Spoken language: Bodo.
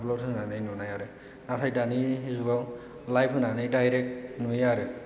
आपल'ड होनानै नुनाय आरो नाथाय दानि जुगाव लाइभ होनानै डाइरेक्ट नुयो आरो